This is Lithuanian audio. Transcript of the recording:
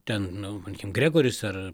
ten nu vadinkim gregoris ar